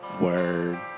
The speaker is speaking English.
Word